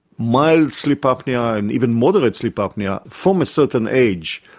mild sleep apnoea and even moderate sleep apnoea from a certain age,